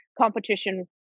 competition